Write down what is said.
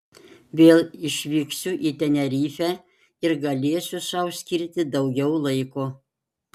vėl išvyksiu į tenerifę ir galėsiu sau skirti daugiau laiko